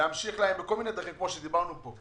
להמשיך את הסיוע בכל מיני דרכים כמו שדובר עליהם פה.